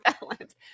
balance